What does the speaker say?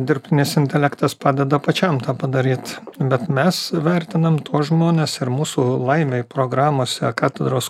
dirbtinis intelektas padeda pačiam tą padaryt bet mes vertinam tuos žmones ir mūsų laimei programose katedros